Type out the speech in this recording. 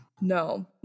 No